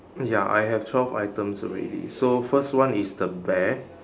ya I have twelve items already so first one is the bear